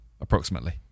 approximately